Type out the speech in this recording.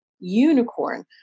Unicorn